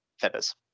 Feathers